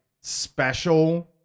special